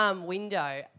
Window